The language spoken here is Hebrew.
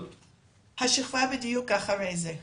השכבה בדיוק אחרי זה.